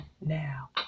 now